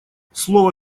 слово